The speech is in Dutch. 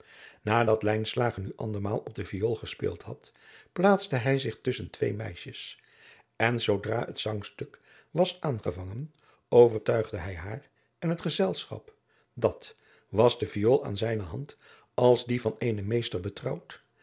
lijnslager nu andermaal op de viool gespeeld had plaatste hij zich tusschen twee meisjes en zoodra het zangstuk was aangevangen overtuigde hij haar en het gezelschap dat was de viool aan zijne hand als die van eenen meester